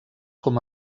com